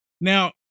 Now